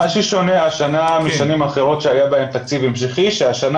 מה ששונה השנה משנים אחרות שהיה בהן תקציב המשכי הוא שהשנה